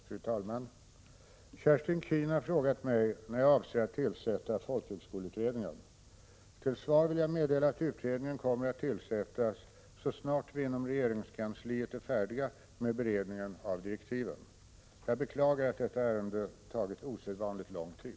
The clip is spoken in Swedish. Fru talman! Kerstin Keen har frågat mig när jag avser att tillsätta folkhögskoleutredningen. Till svar till jag meddela att utredningen kommer att tillsättas så snart vi inom regeringskansliet är färdiga med beredningen av direktiven. Jag beklagar att detta ärende tagit osedvanligt lång tid.